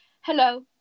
hello